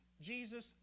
Jesus